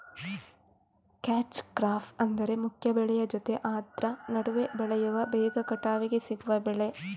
catch crop ಅಂದ್ರೆ ಮುಖ್ಯ ಬೆಳೆಯ ಜೊತೆ ಆದ್ರ ನಡುವೆ ಬೆಳೆಯುವ ಬೇಗ ಕಟಾವಿಗೆ ಸಿಗುವ ಬೆಳೆ